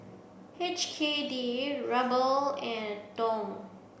H K D Ruble and Dong